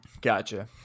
gotcha